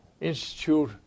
Institute